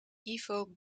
ivo